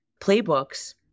playbooks